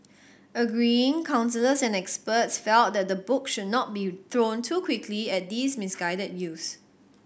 agreeing counsellors and experts felt that the book should not be thrown too quickly at these misguided youths